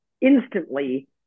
instantly